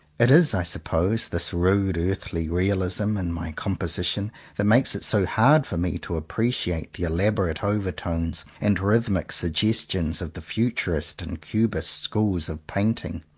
it is, i suppose, this rude earthy realism in my composition that makes it so hard for me to appreciate the elaborate over tones and rhythmic suggestions of the futurist and cubist schools of painting.